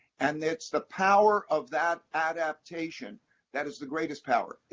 and it's the power of that adaptation that is the greatest power.